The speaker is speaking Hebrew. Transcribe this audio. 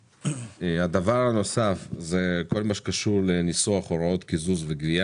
הדבר הנוסף זה כל מה שקשור לניסוח הוראות קיזוז וגבייה,